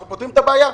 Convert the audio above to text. אנחנו פותרים את הבעיה.